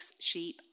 sheep